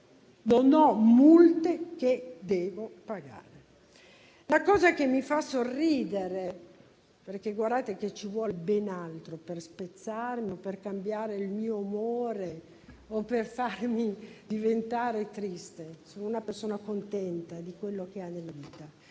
sono multe che devo pagare. Vi è una cosa che mi fa sorridere, perché guardate che ci vuole ben altro per spezzarmi, per cambiare il mio umore o per farmi diventare triste (sono una persona contenta di quello che ha nella vita,